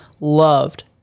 loved